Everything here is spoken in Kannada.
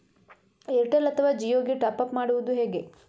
ಏರ್ಟೆಲ್ ಅಥವಾ ಜಿಯೊ ಗೆ ಟಾಪ್ಅಪ್ ಮಾಡುವುದು ಹೇಗೆ?